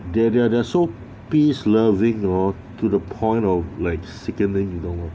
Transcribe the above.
they are they are they're so peace loving hor to the point of like sickening 你懂吗